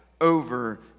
over